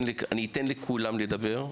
אני אתן לכולם לדבר,